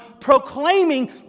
proclaiming